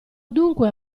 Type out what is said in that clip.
dunque